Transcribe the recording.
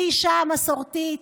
אני אישה מסורתית,